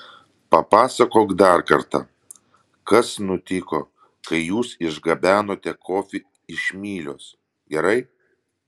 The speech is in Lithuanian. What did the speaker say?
papasakok dar kartą kas nutiko kai jūs išgabenote kofį iš mylios gerai